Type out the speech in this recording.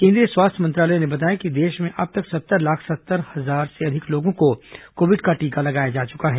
केंद्रीय स्वास्थ्य मंत्रालय ने बताया कि देश में अब तक सत्तर लाख सत्रह हजार से अधिक लोगों को कोविड का टीका लगाया जा चुका है